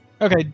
Okay